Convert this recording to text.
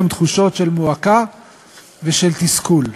גם תחושות של מועקה ושל תסכול.